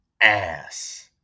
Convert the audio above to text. ass